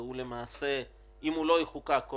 ולמעשה אם הוא לא יחוקק,